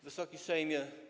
Wysoki Sejmie!